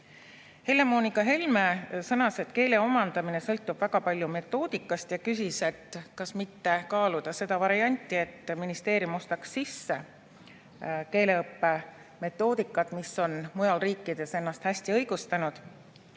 Helle-Moonika Helme sõnas, et keele omandamine sõltub väga palju metoodikast, ja küsis, kas mitte kaaluda seda varianti, et ministeerium ostaks sisse keeleõppe metoodikat, mis on mujal riikides ennast hästi õigustanud,